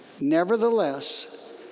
Nevertheless